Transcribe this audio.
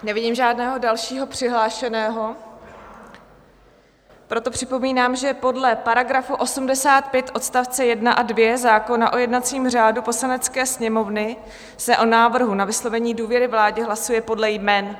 Nevidím žádného dalšího přihlášeného, proto připomínám, že podle § 85 odst. 1 a 2 zákona o jednacím řádu Poslanecké sněmovny se o návrhu na vyslovení důvěry vládě hlasuje podle jmen.